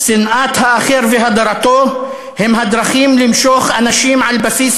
שנאת האחר והדרתו הם הדרכים למשוך אנשים על בסיס